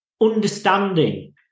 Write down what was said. understanding